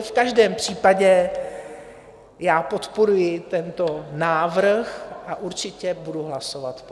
V každém případě já podporuji tento návrh a určitě budu hlasovat pro.